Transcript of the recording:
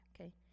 okay